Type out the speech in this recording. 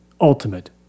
ultimate